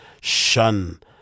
shun